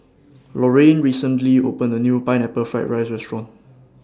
Lorrayne recently opened A New Pineapple Fried Rice Restaurant